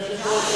כבוד היושב-ראש,